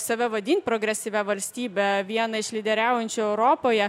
save vadin progresyvia valstybe viena iš lyderiaujančių europoje